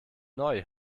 neu